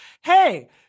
hey –